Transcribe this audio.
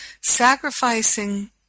sacrificing